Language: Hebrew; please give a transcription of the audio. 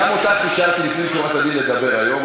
גם לך אישרתי לפנים משורת הדין לדבר היום.